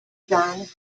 john